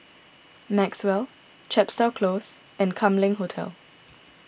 Maxwell Chepstow Close and Kam Leng Hotel